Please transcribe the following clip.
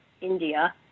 India